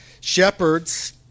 shepherds